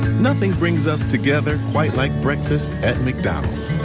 nothing brings us together quite like breakfast at mcdonald's.